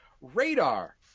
Radar